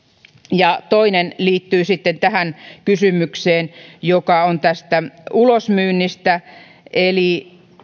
toinen liittyy sitten kysymykseen joka on tästä ulosmyynnistä